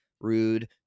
rude